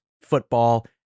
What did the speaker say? football